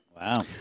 Wow